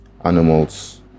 animals